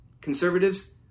Conservatives